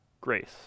grace